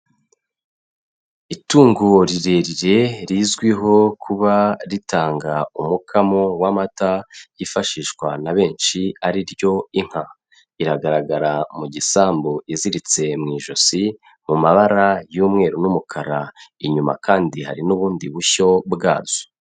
Itungo rirerire rizwiho kuba ritanga umukamo w'amata yifashishwa na benshi ari ryo inka, iragaragara mu gisambu iziritse mu ijosi mu mabara y'umweru n'umukara, inyuma kandi hari n'ubundi bushyo bwazo.